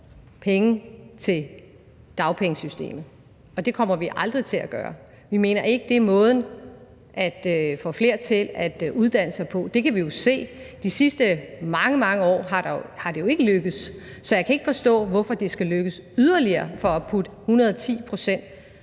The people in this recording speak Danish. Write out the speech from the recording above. penge til dagpengesystemet, og det kommer vi aldrig til at gøre. Vi mener ikke, det er måden til at få flere til at uddanne sig på. Det kan vi jo se. De sidste mange, mange år er det jo ikke lykkedes. Så jeg kan ikke forstå, hvorfor det skulle lykkes ved at putte yderligere